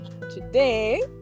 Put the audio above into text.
today